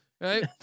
right